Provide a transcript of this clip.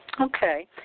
Okay